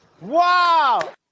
Wow